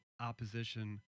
opposition